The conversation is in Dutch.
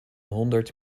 honderd